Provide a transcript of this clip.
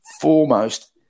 foremost